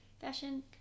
Fashion